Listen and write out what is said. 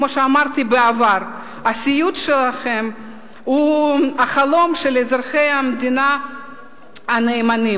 כמו שאמרתי בעבר: הסיוט שלכם הוא החלום של אזרחי המדינה הנאמנים.